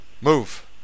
Move